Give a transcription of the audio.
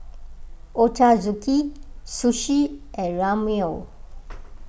Ochazuke Sushi and Ramyeon